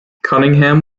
cunningham